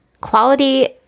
quality